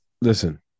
Listen